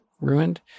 ruined